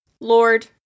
Lord